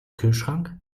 kühlschrank